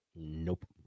Nope